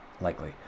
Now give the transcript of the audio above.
likely